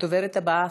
הדוברת הבאה,